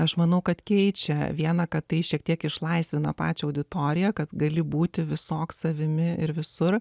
aš manau kad keičia viena kad tai šiek tiek išlaisvina pačią auditoriją kad gali būti visoks savimi ir visur